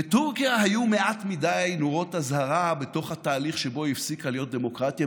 בטורקיה היו מעט מדי נורות אזהרה בתהליך שבו היא הפסיקה להיות דמוקרטיה.